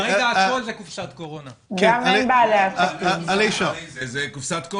בוא לא נעשה את זה,